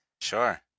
sure